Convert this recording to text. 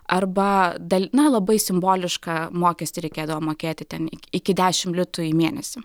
arba dal na labai simbolišką mokestį reikėdavo mokėti ten iki dešimt litų į mėnesį